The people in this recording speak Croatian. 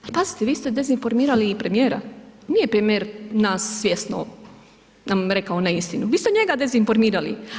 Ali pazite vi ste dezinformirali i premijera, nije premijer nas svjesno nam rekao neistinu, vi ste njega dezinformirali.